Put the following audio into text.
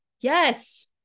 Yes